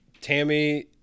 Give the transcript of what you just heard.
tammy